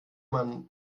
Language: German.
man